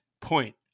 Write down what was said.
point